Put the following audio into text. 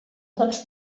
dels